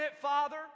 Father